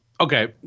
okay